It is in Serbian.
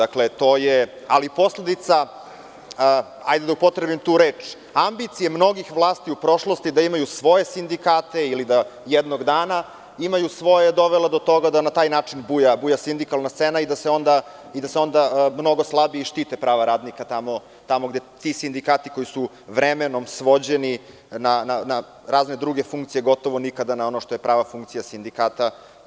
Ali, posledica, da upotrebim tu reč, ambicije mnogih vlasti u prošlosti da imaju svoje sindikate ili da jednog dana imaju svoje je dovela do toga da na taj način buja sindikalna scena i da se onda mnogo slabije štite prava radnika u sindikatima koji su vremenom svođeni na razne druge funkcije, gotovo nikada na ono što je prava funkcija sindikata.